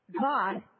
God